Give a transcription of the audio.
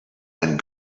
and